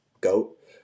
GOAT